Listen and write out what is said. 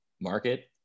market